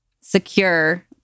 secure